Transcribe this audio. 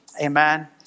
Amen